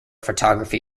photography